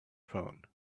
phone